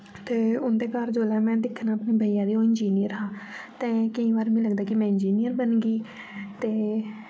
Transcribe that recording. ते औह्दे घर जोल्लै मैं दिक्खना ते भैया ओह् इंजीनियर हा ते केई बार मी इ'यां लगदा की मैं इंजीनियर बनगी ते